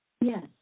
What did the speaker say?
Yes